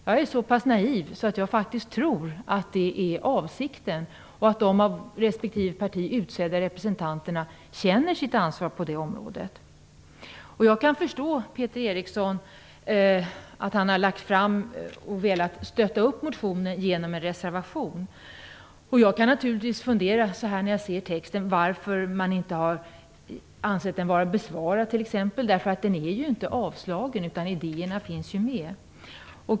Jag är så naiv att jag faktiskt tror att det är avsikten och att de av respektive parti utsedda representanterna känner sitt ansvar på det området. Jag kan förstå att Peter Eriksson velat stötta motionen med en reservation. Jag kan naturligtvis fundera över varför man inte ansett den vara besvarad. Den är ju inte avstyrkt, utan idéerna finns med.